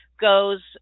goes